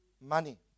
money